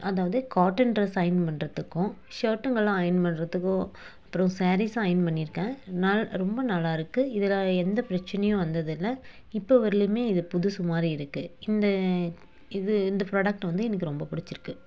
அதாவது cotton dress iron பண்ணுறதுக்கும் ஷர்ட்டுங்கலாம் அயர்ன் பண்ணுறதுக்கும் அப்புறம் சாரீஸ் அயர்ன் பண்ணியிருக்கேன் நான் ரொம்ப நல்லாருக்கு இதில் எந்த பிரச்சனையும் வந்தது இல்லை இப்போ வரையிலுமே இது புதுசுமாதிரி இருக்கு இந்த இது இந்த ப்ராடெக்ட் வந்து எனக்கு ரொம்ப பிடிச்சிருக்கு